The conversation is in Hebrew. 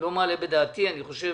לא מעלה בדעתי, אני חושב